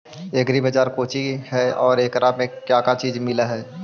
Agri Bazaar कोची हई और एकरा में का का चीज मिलै हई?